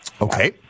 Okay